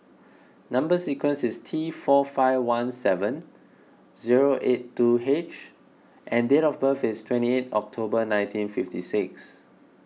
Number Sequence is T four five one seven zero eight two H and date of birth is twenty eight October nineteen fifty six